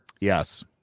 Yes